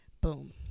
Boom